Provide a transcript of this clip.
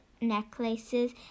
necklaces